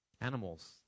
Animals